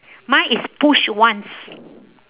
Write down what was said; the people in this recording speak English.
mine is push once